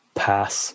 pass